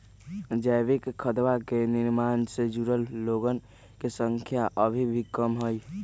जैविक खदवा के निर्माण से जुड़ल लोगन के संख्या अभी भी कम हई